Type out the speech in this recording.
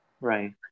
right